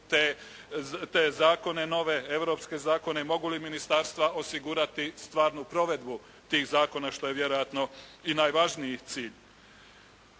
te zakone nove, europske zakone, mogu li ministarstva osigurati stvarnu provedbu tih zakona što je vjerojatno i najvažniji cilj?